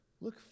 look